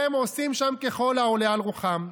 והם עושים שם ככל העולה על רוחם.